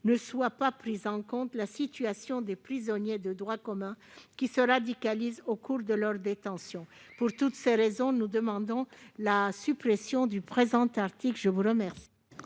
ne soit pas prise en compte la situation des prisonniers de droit commun qui se radicalisent au cours de leur détention. Pour toutes ces raisons, nous demandons la suppression du présent article. Quel